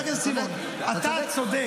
חבר הכנסת סימון, אתה צודק.